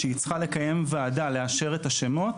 שהיא צריכה לקיים ועדה לאשר את השמות,